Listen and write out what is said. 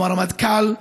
גם הרמטכ"ל,